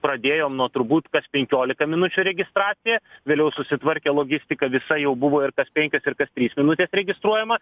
pradėjom nuo turbūt kas penkiolika minučių registraciją vėliau susitvarkė logistika visa jau buvo ir kas penkios ir kas trys minutės registruojama